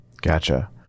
Gotcha